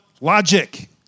Logic